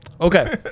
Okay